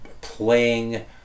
playing